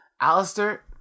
Alistair